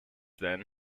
then